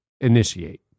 initiate